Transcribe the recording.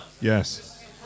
Yes